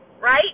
right